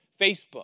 Facebook